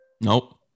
Nope